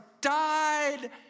died